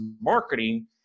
marketing